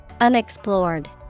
Unexplored